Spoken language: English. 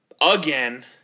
Again